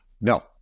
No